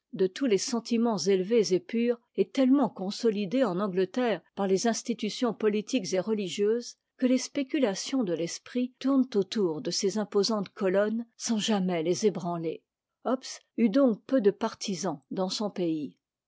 tous les sentiments élevés et purs est tellement consolidé en angleterre par les institutions politiques et religieuses que les spéculations de l'esprit tournent autour de ces imposantes colonnes sans jamais les ébranler hobbes eut donc peu de partisans dans son pays